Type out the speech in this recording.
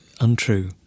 untrue